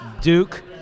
Duke